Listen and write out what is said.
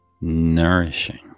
nourishing